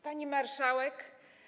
Pani Marszałek!